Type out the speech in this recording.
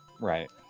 Right